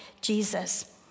Jesus